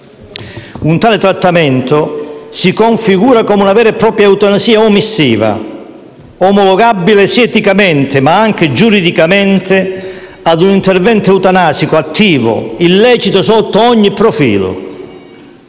Un tale trattamento si configura come una vera e propria eutanasia omissiva, omologabile sia eticamente che giuridicamente a un intervento eutanasico attivo, illecito sotto ogni profilo.